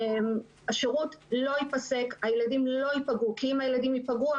השירות לא ייפסק והילדים לא ייפגעו כי אם הילדים ייפגעו,